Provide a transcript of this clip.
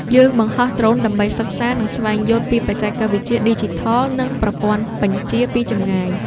យើងបង្ហោះដ្រូនដើម្បីសិក្សា និងស្វែងយល់ពីបច្ចេកវិទ្យាឌីជីថល និងប្រព័ន្ធបញ្ជាពីចម្ងាយ។